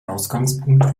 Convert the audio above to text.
ausgangspunkt